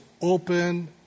open